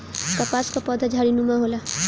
कपास कअ पौधा झाड़ीनुमा होला